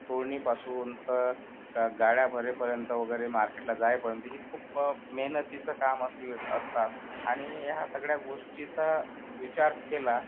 फोडणीपासून तर गाड्या भरेपर्यंत वगैरे मार्केटला जाईपर्यंत ही खूप मेहनतीचं काम असलं असतात आणि या सगळ्या गोष्टीचा विचार केला